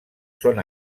són